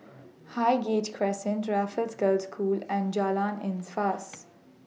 Highgate Crescent Raffles Girls' School and Jalan